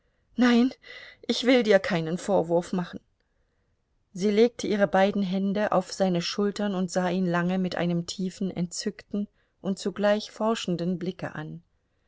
nein ich will dir keinen vorwurf machen sie legte ihre beiden hände auf seine schultern und sah ihn lange mit einem tiefen entzückten und zugleich forschenden blicke an